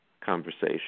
conversation